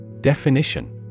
Definition